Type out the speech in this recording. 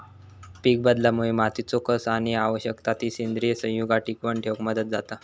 पीकबदलामुळे मातीचो कस आणि आवश्यक ती सेंद्रिय संयुगा टिकवन ठेवक मदत जाता